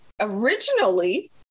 originally